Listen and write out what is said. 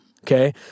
Okay